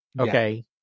Okay